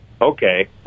Okay